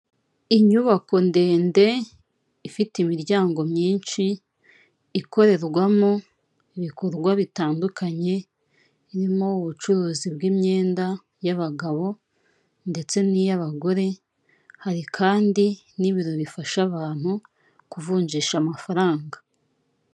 Inyubako ndende ifite imiryango myinshi ikorerwamo ibikorwa bitandukanye, irimo ubucuruzi bw'imyenda y'abagabo, ndetse n'iy'abagore hari kandi n'ibiro bifasha abantu kuvunjisha amafaranga.